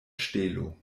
ŝtelo